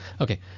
Okay